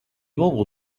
membre